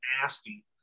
nasty